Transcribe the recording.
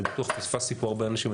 ואני בטוח שפספסתי פה הרבה אנשים,